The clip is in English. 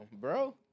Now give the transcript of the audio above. bro